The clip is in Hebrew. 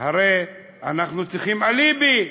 הרי אנחנו צריכים אליבי,